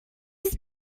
his